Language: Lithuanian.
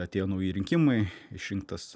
atėjo nauji rinkimai išrinktas